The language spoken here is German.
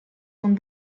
von